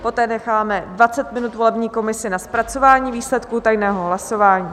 Poté necháme dvacet minut volební komisi na zpracování výsledků tajného hlasování.